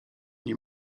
nie